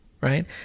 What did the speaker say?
right